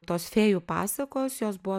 tos fėjų pasakos jos buvo